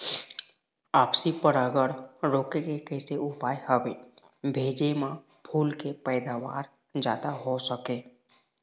आपसी परागण रोके के कैसे उपाय हवे भेजे मा फूल के पैदावार जादा हों सके?